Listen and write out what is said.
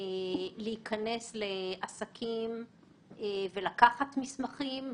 להיכנס לעסקים ולקחת מסמכים,